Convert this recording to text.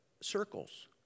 circles